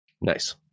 Nice